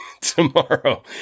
tomorrow